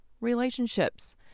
relationships